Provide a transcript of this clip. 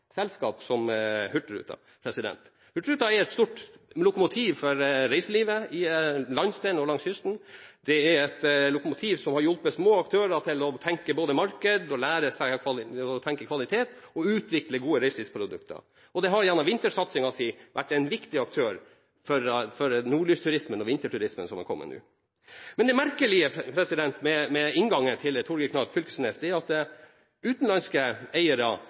selskap som Hurtigruten ASA. Hurtigruten er et stort lokomotiv for reiselivet i landsdelen og langs kysten. Den er et lokomotiv som har hjulpet små aktører til å lære seg å tenke på både marked og kvalitet og til å utvikle gode reiselivsprodukter. Gjennom vintersatsingen har den vært en viktig aktør for nordlysturismen og vinterturismen som har kommet nå. Men det merkelige med inngangen til Torgeir Knag Fylkesnes, er at utenlandske eiere